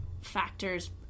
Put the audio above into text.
factors